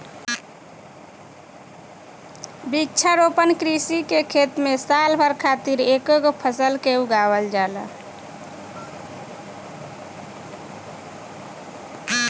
वृक्षारोपण कृषि के खेत में साल भर खातिर एकेगो फसल के उगावल जाला